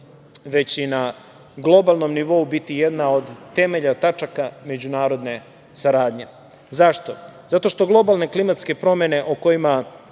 već i na globalnom nivou biti jedan od temelja, tačaka međunarodne saradnje. Zašto? Zato što globalne klimatske promene o kojima